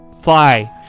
fly